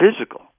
physical